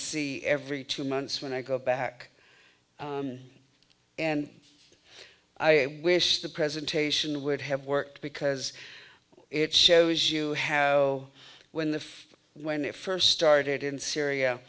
see every two months when i go back and i wish the presentation would have worked because it shows you how when the when it first started in syria